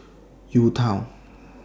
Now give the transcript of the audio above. U Town